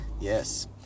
Yes